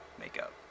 makeup